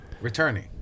returning